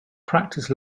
practice